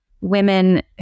women